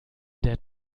der